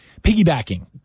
piggybacking